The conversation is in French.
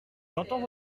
j’entends